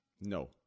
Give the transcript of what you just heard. No